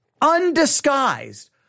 undisguised